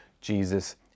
Jesus